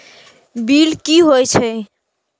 Bill की हौए छै?